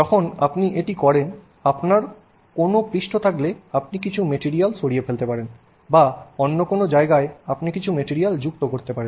যখন আপনি এটি করেন তবে আপনার কোনও পৃষ্ঠ থাকলে আপনি কিছু মেটিরিয়াল সরিয়ে ফেলতে পারেন বা অন্য কোনও জায়গায় আপনি কিছু মেটিরিয়াল যুক্ত করতে পারেন